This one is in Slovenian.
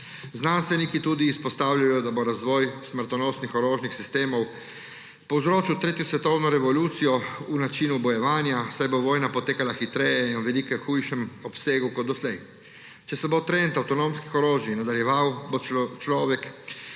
Znanstveniki tudi izpostavljajo, da bo razvoj smrtonosnih orožnih sistemov povzročal tretjo svetovno revolucijo v načinu bojevanja, saj bo vojna potekala hitreje in v veliko hujšem obsegu kot doslej. Če se bo trend avtonomnih orožij nadaljeval, bo človek